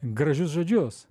gražius žodžius